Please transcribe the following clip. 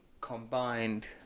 combined